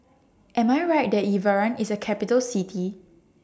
Am I Right that Yerevan IS A Capital City